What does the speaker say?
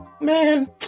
Man